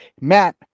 Matt